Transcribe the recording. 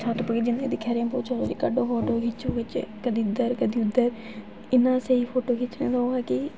छत्त उप्पर जिसलै दिक्खेआ रेन बो निकले दा कड्ढेआ फोन फोटो खिच्चेआ कदें इद्धर ते कदें उद्धर इन्ना स्हेई फोटो खिच्चने दा ओह् ऐ कि